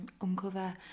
uncover